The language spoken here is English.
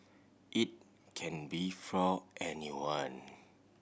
it can be for anyone